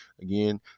Again